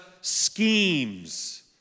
schemes